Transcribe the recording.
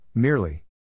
Merely